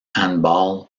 handball